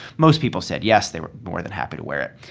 most people said, yes, they were more than happy to wear it.